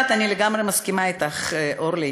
אני לגמרי מסכימה אתך, אורלי.